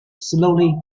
slowly